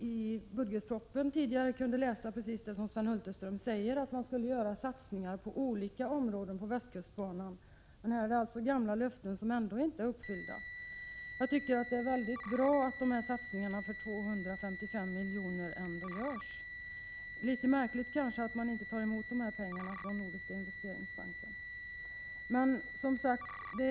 I budgetpropositionen kunde vi ju läsa precis det som Sven Hulterström här säger, att man skulle göra satsningar på olika områden på Västkustbanan. Det är alltså gamla löften som ännu inte är Det är väldigt bra att dessa satsningar för 255 miljoner ändå görs. Litet märkligt är det kanske att man inte tar emot pengar från Nordiska investeringsbanken.